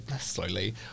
slowly